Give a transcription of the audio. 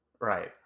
Right